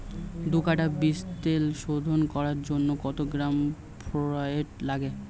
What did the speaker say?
দু কাটা বীজতলা শোধন করার জন্য কত গ্রাম ফোরেট লাগে?